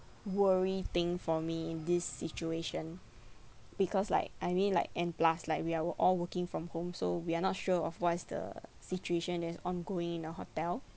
worry thing for me in this situation because like I mean like and plus like we're wo~ all working from home so we are not sure of what is the situation that is ongoing in a hotel